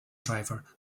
driver